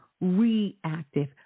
reactive